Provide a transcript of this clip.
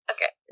Okay